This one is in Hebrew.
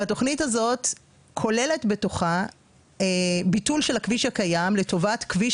והתוכנית הזאת כוללת בתוכה ביטול של הכביש הקיים לטובת כביש